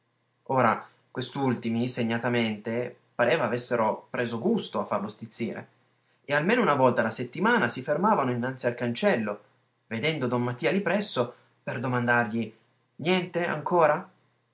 ora quest'ultimi segnatamente pareva avessero preso gusto a farlo stizzire e almeno una volta la settimana si fermavano innanzi al cancello vedendo don mattia lì presso per domandargli niente ancora